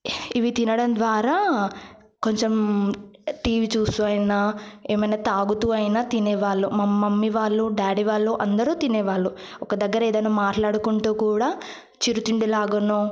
ఇది తినడం ద్వారా కొంచెం టీవీ చూస్తూ అయినా ఏమైనా తాగుతూ అయినా తినేవాళ్ళం మా మమ్మీ వాళ్ళు డాడీ వాళ్ళు అందరూ తినేవాళ్లు ఒక దగ్గర ఏదైనా మాట్లాడుకుంటూ కూడా చిరుతిండి లాగానో